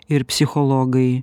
ir psichologai